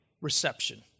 reception